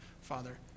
Father